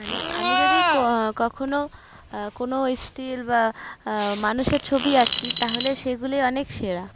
মানে আমি যদি কখনও কোনো স্টিল বা মানুষের ছবি আঁকি তাহলে সেগুলি অনেক সেরা